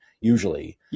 Usually